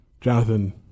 Jonathan